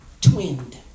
twinned